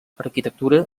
arquitectura